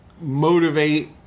motivate